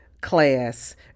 class